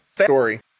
story